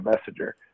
messenger